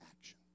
action